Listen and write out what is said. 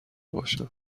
باشم